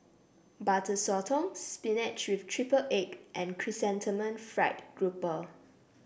Butter Sotong spinach with triple egg and Chrysanthemum Fried Grouper